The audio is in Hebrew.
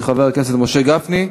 של חבר הכנסת משה גפני.